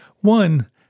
One